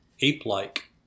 ape-like